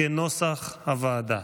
כנוסח הוועדה.